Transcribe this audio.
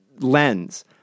lens